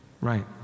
Right